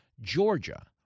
Georgia